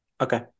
Okay